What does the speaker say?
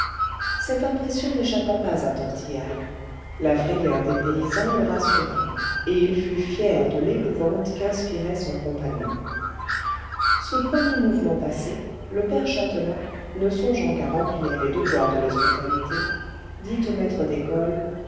cette impression n'échappa pas à tortillard la frayeur des paysans le rassura et il fut fier de l'épouvante qu'inspirait son compagnon ce premier mouvement passé le père châtelain ne songeant qu'à remplir les devoirs de l'hospitalité dit au maître d'école